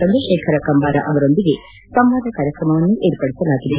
ಚಂದ್ರಶೇಖರ ಕಂಬಾರ ಅವರೊಂದಿಗೆ ಸಂವಾದ ಕಾರ್ಯಕ್ರಮವನ್ನು ಏರ್ಪಡಿಸಲಾಗಿದೆ